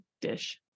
dish